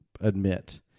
admit